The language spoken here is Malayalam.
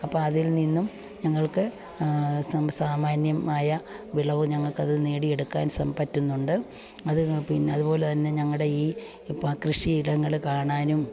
അപ്പോൾ അതിൽ നിന്നും ഞങ്ങൾക്ക് സാമാന്യമായ വിളവ് ഞങ്ങൾക്കത് നേടിയെടുക്കാൻ സം പറ്റുന്നുണ്ട് അത് പിന്നെ അതുപോലെ തന്നെ ഞങ്ങളുടെ ഈ കൃഷിയിടങ്ങൾ കാണാനും